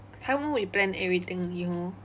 taiwan we plan everything already orh